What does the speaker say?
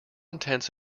intents